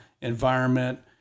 environment